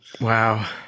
Wow